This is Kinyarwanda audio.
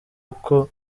uko